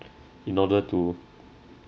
in order to